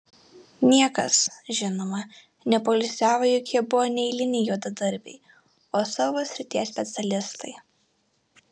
niekas žinoma nepoilsiavo juk jie buvo ne eiliniai juodadarbiai o savo srities specialistai